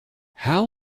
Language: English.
how